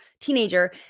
teenager